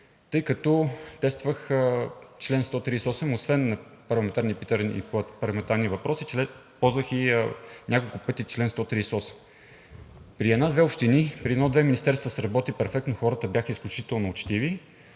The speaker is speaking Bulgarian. тъй като тествах чл. 138. Освен на парламентарни питания и парламентарни въпроси ползвах няколко пъти и чл. 138. При една-две общини и при едно-две министерства сработи перфектно, хората бяха изключително учтиви.